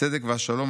הצדק והשלום,